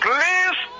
Please